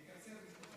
לקצר משלושה חודשים.